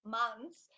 months